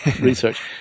research